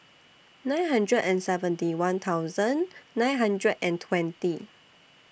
nine hundred and seventy one thousand nine hundred and twenty